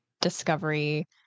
Discovery